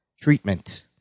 treatment